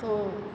તો